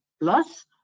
plus